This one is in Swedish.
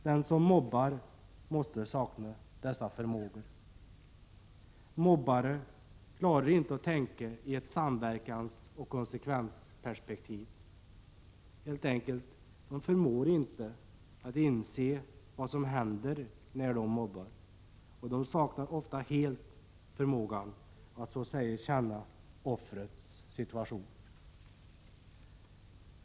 Den som mobbar måste sakna dessa förmågor. Mobbare klarar inte att tänka i samverkansoch konsekvensperspektiv. De förmår helt enkelt inte att inse vad som händer när de mobbar. De saknar ofta helt förmågan att känna offrets situation.